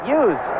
use